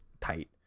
tight